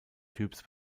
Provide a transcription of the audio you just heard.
typs